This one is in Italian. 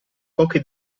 poche